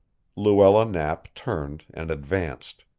luella knapp turned and advanced.